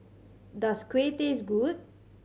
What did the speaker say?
does kuih taste good